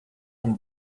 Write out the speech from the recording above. and